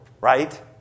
right